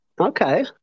Okay